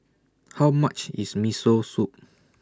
How much IS Miso Soup